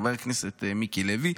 חבר הכנסת מיקי לוי,